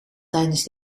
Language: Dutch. tijdens